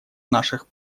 наших